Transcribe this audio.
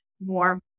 more